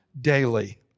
daily